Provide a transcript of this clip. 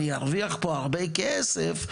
אני ארוויח פה הרבה כסף,